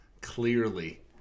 clearly